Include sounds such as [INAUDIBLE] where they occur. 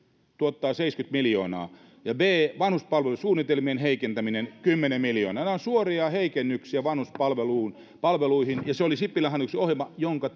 tuottaa seitsemänkymmentä miljoonaa ja b vanhuspalvelusuunnitelmien heikentäminen kymmenen miljoonaa nämä ovat suoria heikennyksiä vanhuspalveluihin ja se oli sipilän hallituksen ohjelma jonka [UNINTELLIGIBLE]